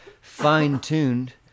fine-tuned